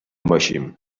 باشیم